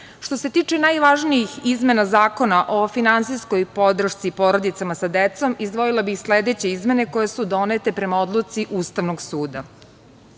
se tiče najvažnijih izmena Zakona o finansijskoj podršci porodicama sa decom izdvojila bih sledeće izmene koje su donete prema odluci Ustavnog suda-